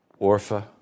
Orpha